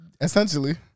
Essentially